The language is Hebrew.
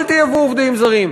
אל תייבאו עובדים זרים,